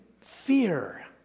fear